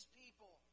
people